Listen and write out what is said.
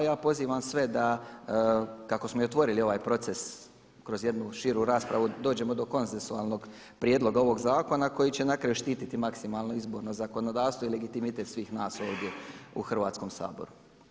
Ja pozivam sve da kako smo i otvorili ovaj proces kroz jednu širu raspravu dođemo do konsensualnog prijedloga ovog zakona koji će na kraju štititi maksimalno izborno zakonodavstvo i legitimitet svih nas ovdje u Hrvatskom saboru.